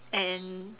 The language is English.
and